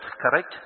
correct